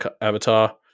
avatar